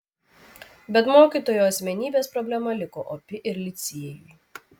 bet mokytojo asmenybės problema liko opi ir licėjui